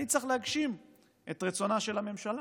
אני צריך להגשים את רצונה של הממשלה.